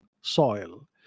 soil